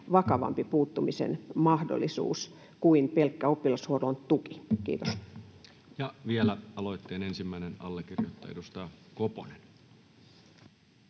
vakavampi puuttumisen mahdollisuus kuin pelkkä oppilashuollon tuki. — Kiitos. Ja vielä aloitteen ensimmäinen allekirjoittaja, edustaja Koponen.